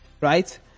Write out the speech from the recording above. right